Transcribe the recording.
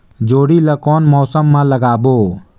जोणी ला कोन मौसम मा लगाबो?